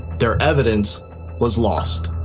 their evidence was lost.